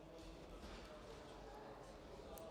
Ano, ano.